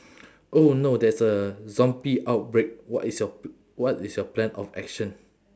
oh no there's a zombie outbreak what is your p~ what is your plan of action